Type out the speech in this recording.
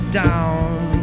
down